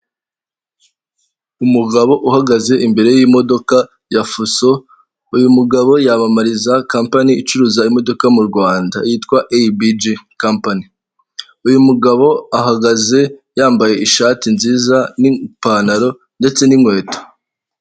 Umugabo uhagaze imbere y'imodoka ya fuso, uyu mugabo yayamamariza kampani icuruza imodoka mu Rwanda yitwa eyibiji kampani, uyu mugabo ahagaze yambaye ishati nziza n'ipantaro ndetse n'inkweto.